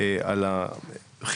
דווקא אדבר על ביקור שקיימה הוועדה שלנו,